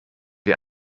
wir